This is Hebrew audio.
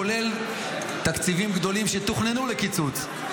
כולל תקציבים גדולים שתוכננו לקיצוץ,